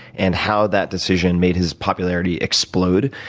and how that decision made his popularity explode.